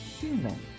human